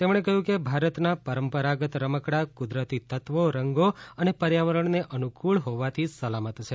તેમણે કહ્યું કે ભારતના પરંપરાગત રમકડા કુદરતી તત્વો રંગો અને પર્યાવરણને અનુકુળ હોવાથી સલામત છે